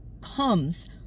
comes